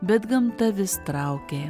bet gamta vis traukė